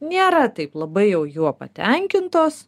nėra taip labai jau juo patenkintos